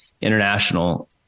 International